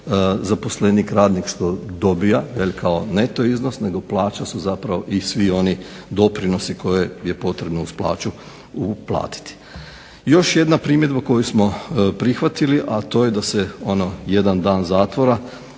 zaposlenik, radnik dobija jel kao neto iznos, nego plaća su zapravo i svi oni doprinosi koje je potrebno uz plaću uplatiti. Još jedna primjedba koju smo prihvatili, a to je da se jedan dan zatvora